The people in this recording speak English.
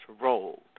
rolled